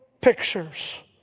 pictures